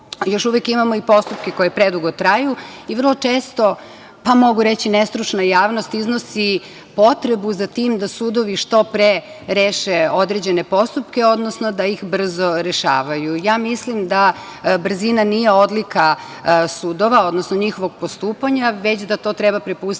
Još uvek imamo i postupke koji predugo traju i vrlo često, pa mogu reći nestručna javnost, iznosi potrebu za tim da sudovi što pre reše određene postupke, odnosno da ih brzo rešavaju. Ja mislim da brzina nije odlika sudova, odnosno njihovog postupanja, već da to treba prepustiti